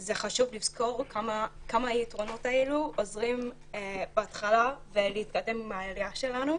זה חשוב לזכור כמה היתרונות האלה עוזרים בהתחלה להתקדם עם העלייה שלנו.